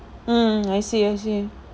mm I see I see